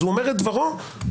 אז הוא אומר את דברו כמענה